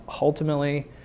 ultimately